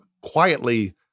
quietly